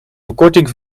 verkorting